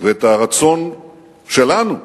האויב רוצה זכות דיבור.